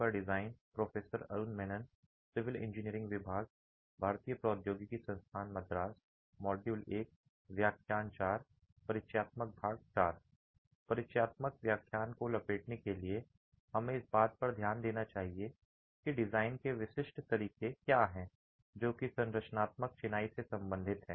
परिचयात्मक व्याख्यान को लपेटने के लिए हमें इस बात पर ध्यान देना चाहिए कि डिज़ाइन के विशिष्ट तरीके क्या हैं जो कि संरचनात्मक चिनाई से संबंधित हैं